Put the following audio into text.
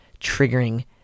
triggering